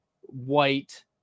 White